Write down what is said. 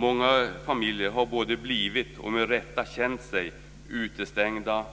Många familjer har både blivit och, med rätta, känt sig utestängda,